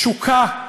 תשוקה,